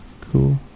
Cool